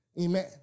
Amen